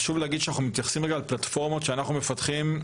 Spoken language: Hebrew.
חשוב להגיד שאנחנו מתייחסים לפלטפורמות שאנחנו מפתחים.